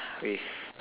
with